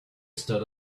stood